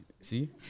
See